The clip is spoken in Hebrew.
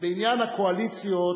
בעניין הקואליציות,